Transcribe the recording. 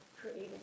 creating